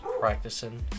practicing